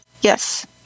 yes